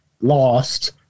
lost